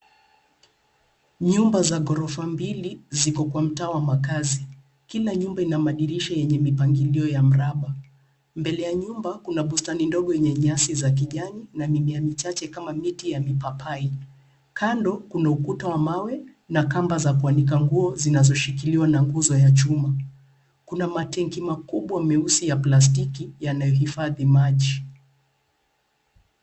Nyumba za korofa mbili ziko kwa mtaa wa makasi kila nyumba ina madisha yenye mpangilio ya mraba mbele ya nyumba kuna pustani ndogo zenye nyasi za kijani na mimea chache kama miti ya mipapai, kando Kuna ukuta wa mawe na kamba za kuanika nguo zinazoshikiliwa na nguzo ya chuma ,kuna matenki makubwa mieusi ya plastiki yanayoifadhi maji.